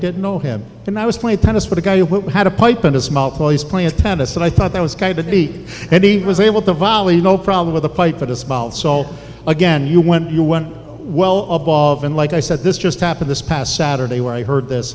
did know him and i was playing tennis with a guy who had a pipe and a small place playing tennis and i thought that was kind of neat and he was able to volley no problem with a pipe at a spot so again you when you went well above and like i said this just happened this past saturday where i heard this